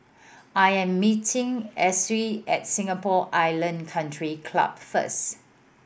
I am meeting Essie at Singapore Island Country Club first